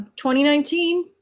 2019